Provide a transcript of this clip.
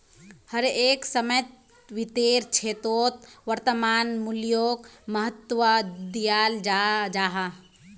हर एक समयेत वित्तेर क्षेत्रोत वर्तमान मूल्योक महत्वा दियाल जाहा